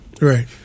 Right